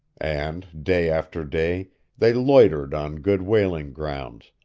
and day after day they loitered on good whaling grounds,